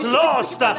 lost